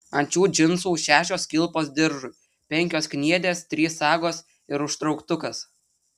ant šių džinsų šešios kilpos diržui penkios kniedės trys sagos ir užtrauktukas